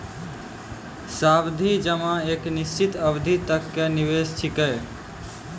सावधि जमा एक निश्चित अवधि तक के निवेश छिकै